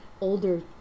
older